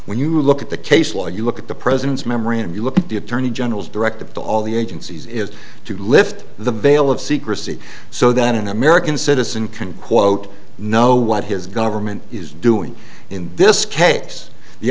when you look at the case law you look at the president's memory and you look at the attorney general's directive to all the agencies is to lift the veil of secrecy so that an american citizen can quote know what his government is doing in this case the